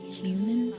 human